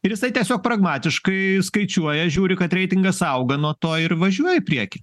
ir jisai tiesiog pragmatiškai skaičiuoja žiūri kad reitingas auga nuo to ir važiuoja į priekį